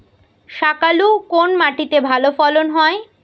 শাকালু কোন মাটিতে ভালো ফলন হয়?